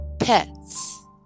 pets